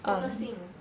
focusing